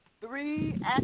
Three